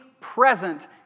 present